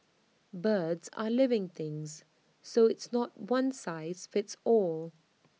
birds are living things so it's not one size fits all